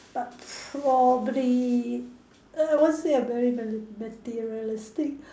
but probably err I won't say a very mate~ materialistic